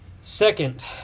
second